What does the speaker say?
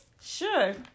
Sure